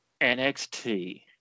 NXT